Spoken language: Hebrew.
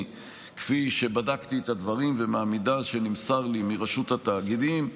כפי שבדקתי את הדברים ומהמידע שנמסר לי מרשות התאגידים,